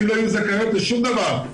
הן לא יהיו זכאיות לשום דבר,